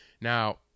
Now